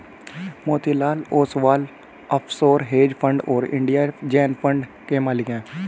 Motilal Oswal offshore hedge fund और India जेन fund के मालिक हैं